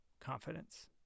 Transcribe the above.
confidence